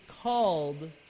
called